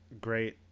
great